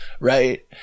Right